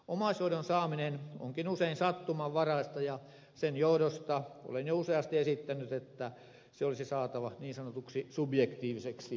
omaishoidon saaminen onkin usein sattumanvaraista ja sen johdosta olen jo useasti esittänyt että se olisi saatava niin sanotuksi subjektiiviseksi oikeudeksi